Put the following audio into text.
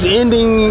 ending